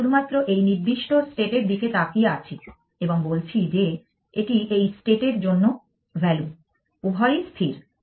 আমরা শুধুমাত্র এই নির্দিষ্ট স্টেট এর দিকে তাকিয়ে আছি এবং বলছি যে এটি এই স্টেট এর জন্য ভ্যালু উভয়ই স্থির